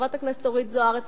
חברת הכנסת אורית זוארץ,